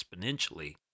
exponentially